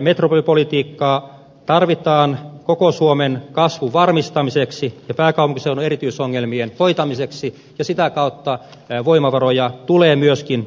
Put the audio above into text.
metropolipolitiikkaa tarvitaan koko suomen kasvun varmistamiseksi ja pääkaupunkiseudun erityisongelmien hoitamiseksi ja sitä kautta voimavaroja tulee